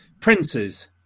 Princes